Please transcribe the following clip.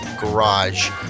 garage